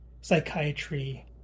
psychiatry